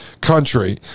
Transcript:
country